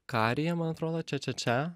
karija man atrodo čia čia čia